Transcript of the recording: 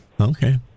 Okay